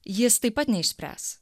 jis taip pat neišspręs